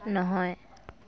নহয়